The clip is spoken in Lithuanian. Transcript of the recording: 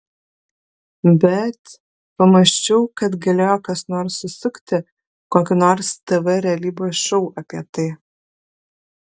bet pamąsčiau kad galėjo kas nors susukti kokį nors tv realybės šou apie tai